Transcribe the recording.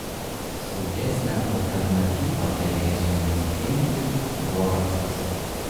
saugesnė alternatyva pelėsiui naikinti boraksas